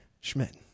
Schmidt